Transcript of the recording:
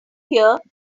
here